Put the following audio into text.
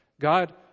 God